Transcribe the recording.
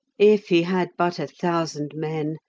if he had but a thousand men!